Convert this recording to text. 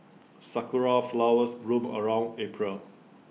Sakura Flowers bloom around April